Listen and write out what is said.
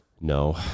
No